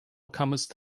comest